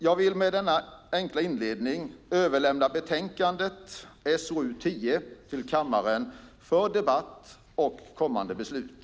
Jag vill med denna enkla inledning överlämna betänkande SoU10 till kammaren för debatt och kommande beslut.